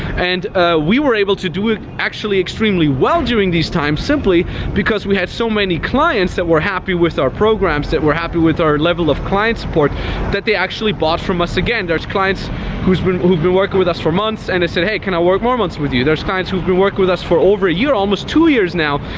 and we were able to do it actually extremely well during these times, simply because we had so many clients that were happy with our programs, that were happy with our level of client support that they actually actually bought from us again. there's clients who've been who've been working with us for months and they said, hey, can i work more months with you? there's clients who've been working with us for over a year, almost two years now.